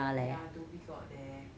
ya dhoby ghaut there